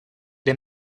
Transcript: the